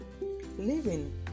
Living